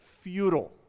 futile